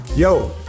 Yo